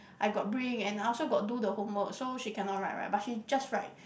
I got bring and I also got do the homework so she cannot write right but she just write